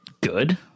good